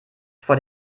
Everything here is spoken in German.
vor